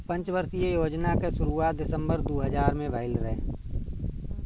पंचवर्षीय योजना कअ शुरुआत दिसंबर दू हज़ार में भइल रहे